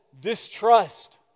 distrust